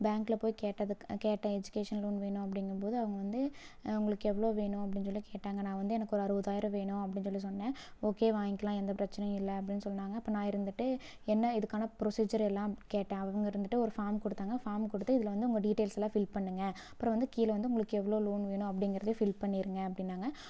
பேங்ல போய்க் கேட்டதுக்கு கேட்டேன் எஜிகேஷன் லோனு வேணும் அப்படிங்கும்போது அவங்கவந்து உங்களுக்கு எவ்வளோ வேணும் அப்படின்சொல்லிக் கேட்டாங்கள் நான் வந்த எனக்கு ஒரு அறுபதாயிரம் வேணும் அப்படினுசொல்லிச் சொன்னே ஓகே வாங்கிக்லாம் எந்தப் பிரச்சனையும் இல்லை அப்படினு சொன்னாங்கள் அப்போ நான் இருந்துட்டு என்ன இதுக்கான புரோஸீசர் எல்லாம் கேட்டேன் அவங்க இருந்துட்டு ஒரு ஃபாம் கொடுத்தாங்க ஃபார்மை கொடுத்து உங்கள் டீடைல்ஸ்லாம் ஃபில் பண்ணுங்கள் அப்புறம் வந்து கீழேவந்து உங்களுக்கு எவ்வளோ லோன் வேணும் அப்படிங்கிறதையும் ஃபில் பண்ணிடுங்க அப்படின்னாங்க